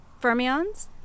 fermions